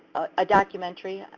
a documentary,